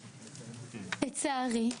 לצערי,